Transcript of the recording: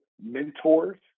mentors